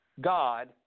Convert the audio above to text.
God